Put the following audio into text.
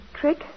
Trick